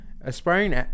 Aspiring